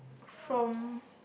from